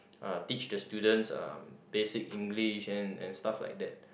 uh teach the students uh basic English and and stuff like that